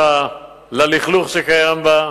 ללכלוך שקיים בה.